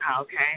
Okay